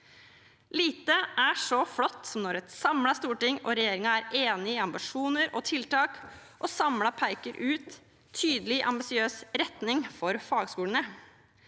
Lite er så flott som når et samlet storting og regjeringen er enig i ambisjoner og tiltak og samlet peker ut en tydelig, ambisiøs retning for fagskolene.